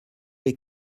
les